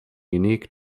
unique